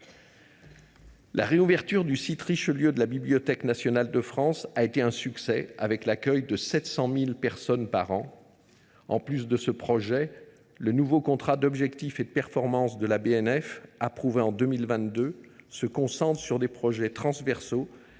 La réouverture du site Richelieu de la Bibliothèque nationale de France a été un succès, avec l’accueil de 700 000 personnes par an. En plus de ce projet, le nouveau contrat d’objectifs et de performance de la BNF, approuvé en 2022, se concentre sur des projets transversaux